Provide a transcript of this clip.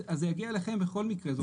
אז זה יגיע אליכם בכל מקרה.